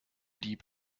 dieb